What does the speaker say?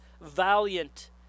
valiant